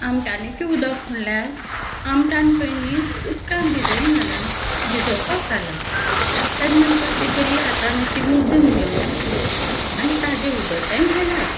आमटाणीचें उदक म्हणल्यार आमटान पयलीं उदकान भिजत घालप भिजोवपाक घालप ते नंतर ती बरी हातान अशी मुड्डून घेवप आनी ताजें उदक तें घालप